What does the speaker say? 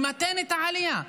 למתן את העלייה.